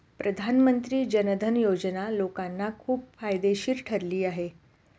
प्रधानमंत्री जन धन योजना लोकांना खूप फायदेशीर ठरली आहे